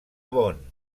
bonn